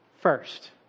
first